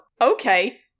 okay